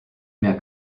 mehr